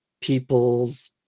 people's